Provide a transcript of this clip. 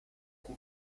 gut